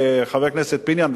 חבר הכנסת פיניאן,